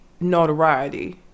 notoriety